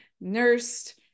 nursed